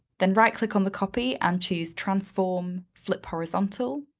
then right-click on the copy and choose transform flip horizontal,